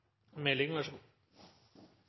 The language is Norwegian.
Vær så god.